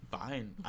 Fine